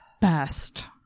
Best